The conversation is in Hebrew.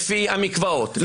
לפי המקוואות,